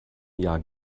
jahr